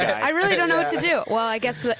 i really don't know what to do. well, i guess,